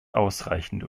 ausreichende